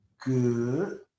good